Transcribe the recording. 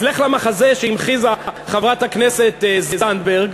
אז לך למחזה שהמחיזה חברת הכנסת זנדברג,